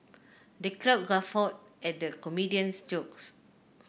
the crowd guffawed at the comedian's jokes